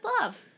Love